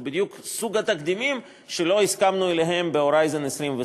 זה בדיוק סוג התקדימים שלא הסכמנו להם ב"הורייזן 2020",